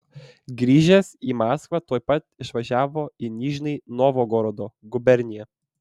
grįžęs į maskvą tuoj pat išvažiavo į nižnij novgorodo guberniją